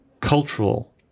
cultural